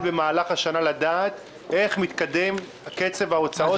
במהלך השנה לדעת איך מתקדם קצב ההוצאות.